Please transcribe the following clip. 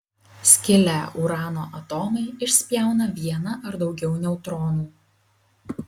skilę urano atomai išspjauna vieną ar daugiau neutronų